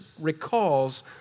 recalls